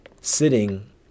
sitting